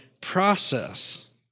process